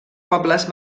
pobles